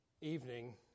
evening